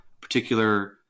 particular